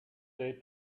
they